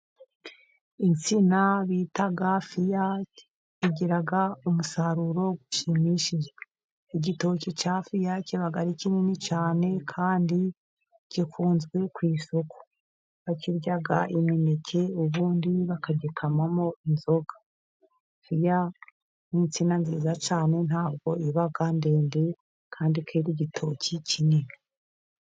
Insina bita fiya, igira umusaruro ushimishije. Igitoki cya fiya , kiba kinini cyane . Kandi, gikunzwe ku isoko. Bakirya ari imineke . Ubundi, bakagikamamo inzoga. Fiya, ni insina nziza cyane ntabwo iba ndende, kandi yera igitoki kinini .